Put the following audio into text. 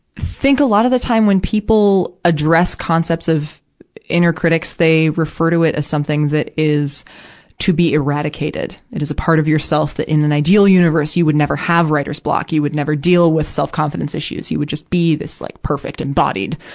think a lot of the time, when people address concepts of inner critics, they refer to it as something that is to be eradicated. it is a part of yourself that, in an ideal universe, you would never have writer's block. you would never deal with self-confidence issues. you would just be this, like, perfect embodied,